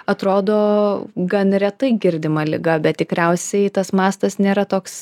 atrodo gan retai girdima liga bet tikriausiai tas mastas nėra toks